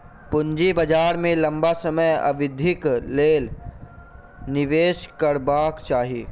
पूंजी बाजार में लम्बा समय अवधिक लेल निवेश करबाक चाही